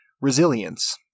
resilience